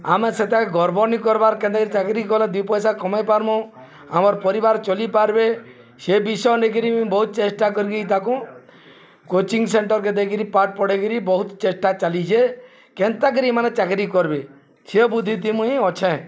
ଆମେ ସେତାକ ଗର୍ବନି କର୍ବାର୍ କେନ୍ତାକରି ଚାକିରରି କଲେ ଦୁଇ ପଇସା କମେଇ ପାର୍ମୁ ଆମର୍ ପରିବାର ଚଲିପାର୍ବେ ସେ ବିଷୟ ନେଇକିରି ମୁଇଁ ବହୁତ ଚେଷ୍ଟା କରିକି ତାକୁ କୋଚିଂ ସେଣ୍ଟର୍କେ ଦେଇକିରି ପାଠ ପଢ଼େଇକିରି ବହୁତ ଚେଷ୍ଟା ଚାଲିଛେ କେନ୍ତାକିରି ମାନେ ଚାକିରି କରିବେ ସେ ବୃଦ୍ଧିତି ମୁଁ ହିଁ ଅଛେଁ